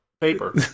paper